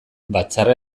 batzarra